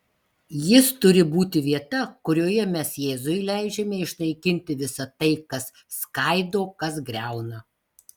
jis turi būti vieta kurioje mes jėzui leidžiame išnaikinti visa tai kas skaido kas griauna